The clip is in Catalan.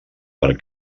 per